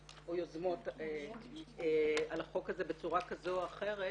יוזמות או חתומות על החוק הזה בצורה כזו או אחרת,